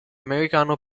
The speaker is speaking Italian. americano